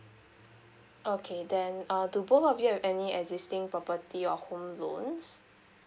okay then err do both of you have any existing property of home loans